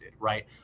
right